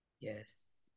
Yes